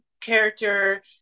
character